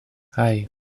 hei